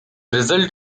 result